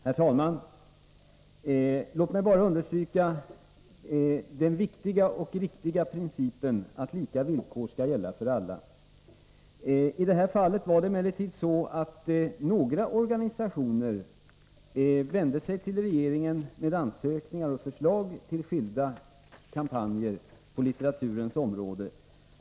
Herr talman! Låt mig bara understryka den viktiga och riktiga principen att lika villkor skall gälla för alla. I detta fall var det emellertid så att några organisationer vände sig till regeringen med ansökningar och förslag till skilda kampanjer på litteraturens område.